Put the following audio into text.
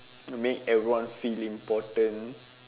make everyone feel important